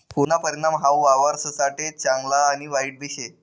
पुरना परिणाम हाऊ वावरससाठे चांगला आणि वाईटबी शे